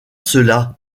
cela